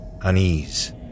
Unease